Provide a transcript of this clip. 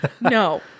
no